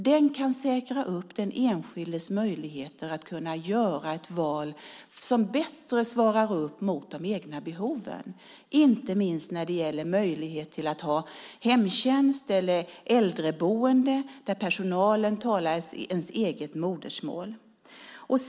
Den kan säkra den enskildes möjligheter att göra ett val som bättre svarar mot de egna behoven, inte minst när det gäller möjlighet att ha hemtjänst eller äldreboende där personalen talar ens eget modersmål.